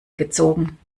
gezogen